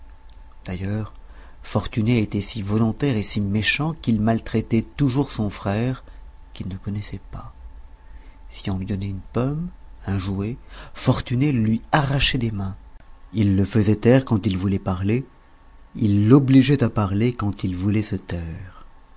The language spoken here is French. d'ailleurs fortuné était si volontaire et si méchant qu'il maltraitait toujours son frère qu'il ne connaissait pas si on lui donnait une pomme un jouet fortuné le lui arrachait des mains il le faisait taire quand il voulait parler il l'ogligeait à parler quand il voulait se taire